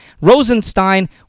Rosenstein